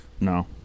No